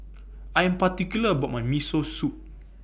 I Am particular about My Miso Soup